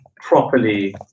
properly